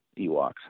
Ewoks